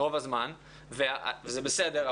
רוב הזמן, וזה בסדר.